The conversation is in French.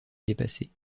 dépassée